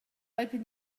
open